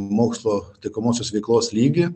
mokslo taikomosios veiklos lygį